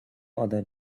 other